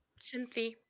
Cynthia